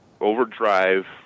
Overdrive